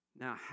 Now